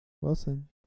Wilson